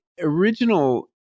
original